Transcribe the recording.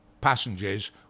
passengers